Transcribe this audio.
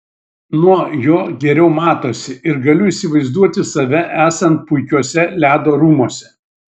nuo jo geriau matosi ir galiu įsivaizduoti save esant puikiuose ledo rūmuose